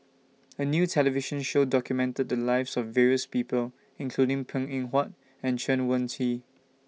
A New television Show documented The Lives of various People including Png Eng Huat and Chen Wen Hsi